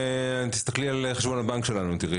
תסתכלי על חשבון הבנק שלהם, תראי